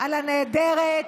על הנעדרת